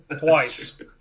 Twice